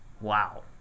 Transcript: Wow